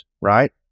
Right